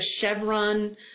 Chevron